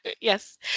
Yes